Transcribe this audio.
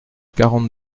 quarante